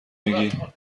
میگی